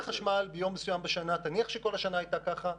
החשמל ביום מסוים בשנה ותניח שכל השנה הייתה ככה.